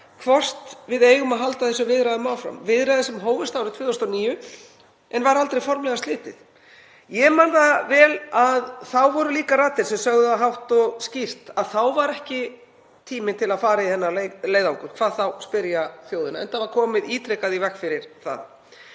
hvort við eigum að halda þessum viðræðum áfram, viðræðum sem hófust árið 2009 en var aldrei formlega slitið. Ég man það vel að þá voru líka raddir sem sögðu hátt og skýrt að þá væri ekki tíminn til að fara í þennan leiðangur, hvað þá spyrja þjóðina, enda var komið ítrekað í veg fyrir það.